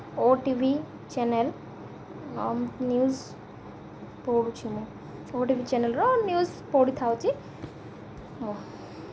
ଓ TV channel news ପଢ଼ୁଛି ମୁଁ ଓ ଟି ଭି ଚ୍ୟାନେଲ୍ର ନ୍ୟୁଜ୍ ପଢ଼ିଥାଉଛି ମୁଁ